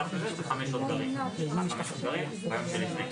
וכרגע כביכול אין